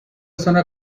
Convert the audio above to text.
zona